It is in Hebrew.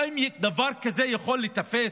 האם דבר כזה יכול להיתפס?